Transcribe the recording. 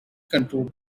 control